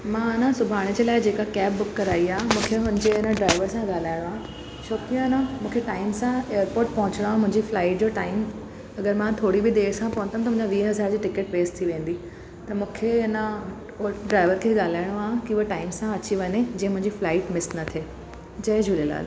मां आहे न सुभाणे जे लाइ जेका कैब बुक कराई आहे मूंखे उनजे ड्राइवर सां ॻाल्हाइणो आहे छो की आहे न मूंखे टाइम सां एयरपोट पहुचणो आहे मुंहिंजी फ्लाइट जो टाइम अगरि मां थोरी बि देरि सां पहुतमि त मुंहिंजा वीह हज़ार जी टिकेट वेस्ट थी वेंदी त मूंखे अना उन ड्राइवर खे ॻाल्हाइणो आहे की उहा टाइम सां अची वञे जीअं मुंहिंजी फ्लाइट मिस न थिए जय झूलेलाल